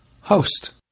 host